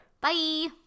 Bye